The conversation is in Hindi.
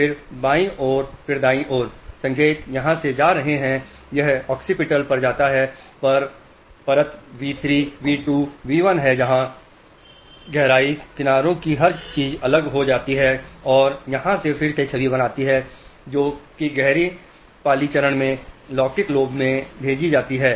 फिर बाईं और फिर दाईं ओर के संकेत यहाँ से जा रहे हैं यह ओसीसीपटल पर जाता है यह परत v 3 v 2 v 1 है जहाँ गहराई किनारों की हर चीज अलग हो जाती है और यहाँ से फिर से छवि बनती है जो कि गहरे पालि चरण में लौकिक लोब में भेजी जाती है